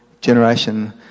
generation